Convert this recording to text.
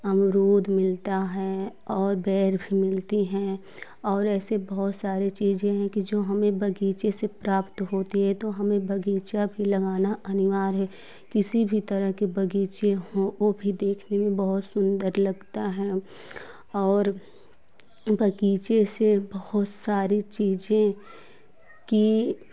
अमरूद मिलता है और बैर भी मिलती है और ऐसे बहुत सारी चीज़ें हैं कि जो हमें बगीचे से प्राप्त होती है तो हमें बगीचा भी लगाना अनिवार्य है किसी भी तरह के बगीचे हो ओ भी देखने में बहुत सुंदर लगता है और बगीचे से बहुत सारी चीज़ें की